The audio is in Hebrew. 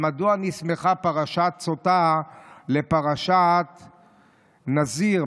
אז מדוע נסמכה פרשת סוטה לפרשת נזיר?